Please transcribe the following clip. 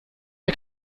ihr